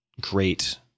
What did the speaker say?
great